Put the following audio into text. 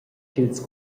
ch’ils